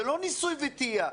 זה לא ניסוי וטעייה,